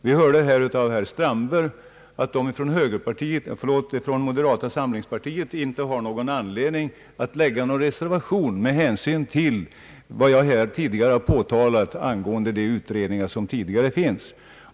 Vi hörde av herr Strandberg att man från moderata samlingspartiet inte har anledning att lägga fram någon reservation med hänsyn till de utredningar som redan finns.